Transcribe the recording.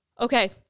Okay